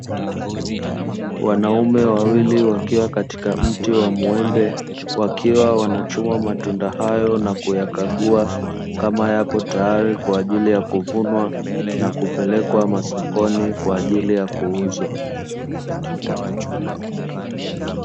Wanaume wawili wakiwa katika mti wa muembe, wakiwa wanachuma matunda hayo na kuyakagua kama yapo tayari kwajili ya kuvunwa na kupelekwa masokoni kwajili ya kuuzwa.